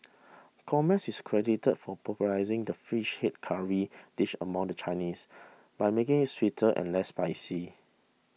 Gomez is credited for popularising the fish head curry dish among the Chinese by making it sweeter and less spicy